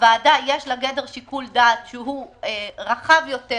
לוועדה יש גדר שיקול דעת רחב יותר